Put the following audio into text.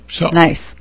Nice